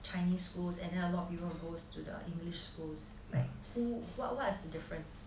chinese schools and there are a lot of people goes to the english schools like who what what's the difference